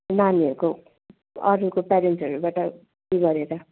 नानीहरूको अरूको प्यारेन्ट्सहरूबाट ऊ गरेर